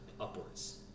Upwards